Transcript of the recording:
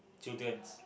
children